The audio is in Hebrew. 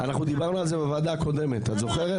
דיברנו על זה בוועדה הקודמת, את זוכרת?